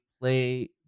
play